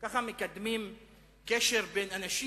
ככה מקדמים קשר בין אנשים.